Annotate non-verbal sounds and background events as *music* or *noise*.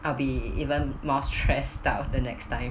I'll be even more stressed *noise* out the next time